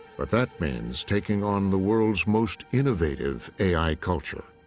but that means taking on the world's most innovative a i. culture.